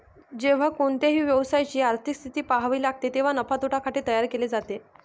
जेव्हा कोणत्याही व्यवसायाची आर्थिक स्थिती पहावी लागते तेव्हा नफा तोटा खाते तयार केले जाते